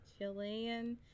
Chilean